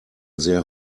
sehr